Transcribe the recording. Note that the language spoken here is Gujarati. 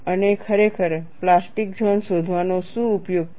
અને ખરેખર પ્લાસ્ટિક ઝોન શોધવાનો શું ઉપયોગ છે